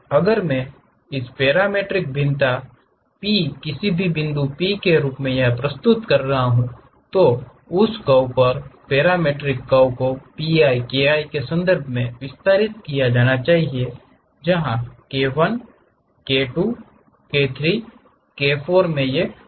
अगर मैं इसे पैरामीट्रिक भिन्नता P किसी भी बिंदु P के रूप में प्रस्तुत कर रहा हूँ तो उस कर्व पर पैरामीट्रिक कर्व को Pi Ki के संदर्भ में विस्तारित किया जाना चाहिए जहाँ k 1 k 2 k 3 k 4 में ये घन प्रक्षेप हैं